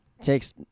takes